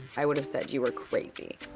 i would've said you were crazy.